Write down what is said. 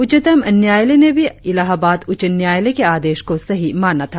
उच्चतम न्यायालय ने भी इलाहाबाद उच्च न्यायालय के आदेश को सही माना था